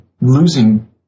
losing